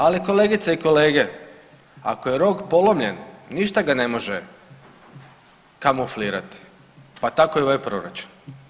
Ali kolegice i kolege, ako je rog polomljen ništa ga ne može kamuflirati pa tako i ovaj proračun.